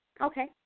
Okay